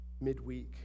midweek